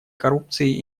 коррупцией